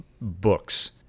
books